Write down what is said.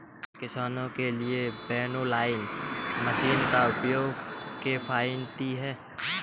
क्या किसानों के लिए विनोइंग मशीन का प्रयोग किफायती है?